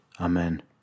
Amen